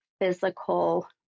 physical